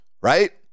right